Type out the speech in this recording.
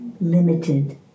limited